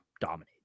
dominate